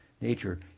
nature